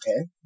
Okay